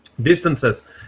distances